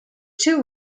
two